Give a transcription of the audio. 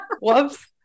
whoops